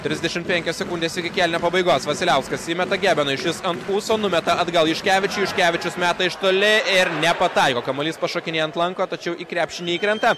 trisdešimt penkios sekundės iki kėlinio pabaigos vasiliauskas įmeta gebenui šis ant ūso numeta atgal juškevičiui juškevičiaus meta iš toli ir nepataiko kamuolys pašokinėja ant lanko tačiau į krepšį neįkrenta